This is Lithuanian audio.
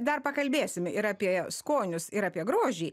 dar pakalbėsim ir apie skonius ir apie grožį